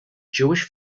jewish